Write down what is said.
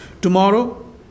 Tomorrow